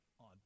on